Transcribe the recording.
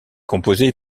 composée